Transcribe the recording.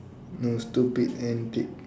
no stupid antic